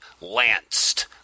lanced